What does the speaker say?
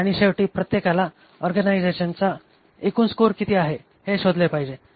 आणि शेवटी आपल्याला ऑर्गनायझेशनच्या एकूण स्कोअर किती आहे हे शोधले पाहिजे